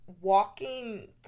walking